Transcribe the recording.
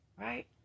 Right